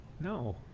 No